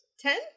Ten